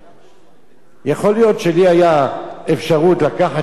יכול להיות שלי היתה אפשרות לקחת אשה יותר בזול,